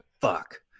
fuck